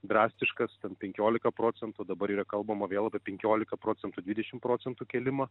drastiškas penkiolika procentų dabar yra kalbama vėl apie penkiolika procentų dvidešim procentų kėlimą